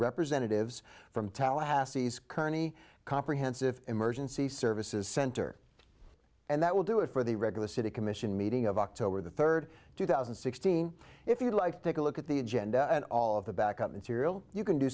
representatives from tallahassee kearney comprehensive emergency services center and that will do it for the regular city commission meeting of october the third two thousand and sixteen if you'd like to take a look at the agenda and all of the back up and serial you can do